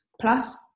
Plus